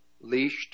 leashed